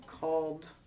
called